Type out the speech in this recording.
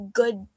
good